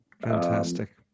Fantastic